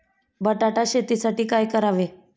बटाटा शेतीसाठी काय करावे?